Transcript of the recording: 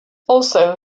also